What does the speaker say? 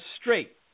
straight